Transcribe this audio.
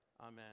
Amen